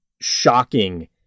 shocking